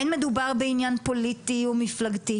אין מדובר בעניין פוליטי או מפלגתי.